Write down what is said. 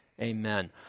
amen